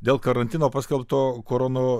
dėl karantino paskelbto korono